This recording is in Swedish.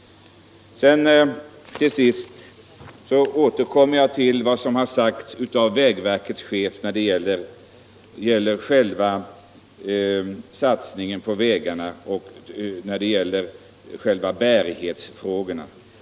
Till sist återkommer jag till vad som sagts av vägverkets chef när det gäller satsningen på vägarna och när det gäller själva bärighetsfrågorna.